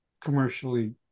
commercially